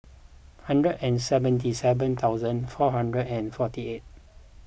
hundred and seventy seven thousand four hundred and forty eight